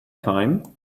time